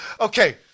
Okay